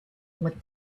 what